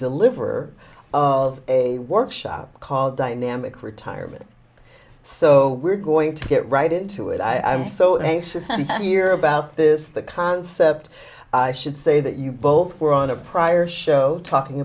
deliver of a workshop called dynamic retirement so we're going to get right into it i'm so anxious to hear about this the concept i should say that you both were on a prior show talking